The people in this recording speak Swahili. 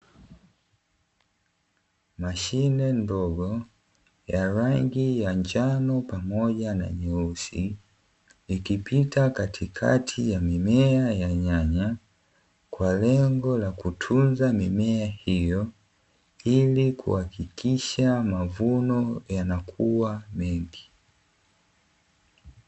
Mashine ndogo ya rangi ya njano pamoja na nyeusi, ikipita katikati ya mimea ya nyanya, kwa lengo la kutunza mimea hiyo, ili kuhakikisha mavuno yanakuwa mengi.